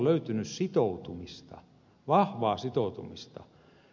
siellä on löytynyt vahvaa sitoutumista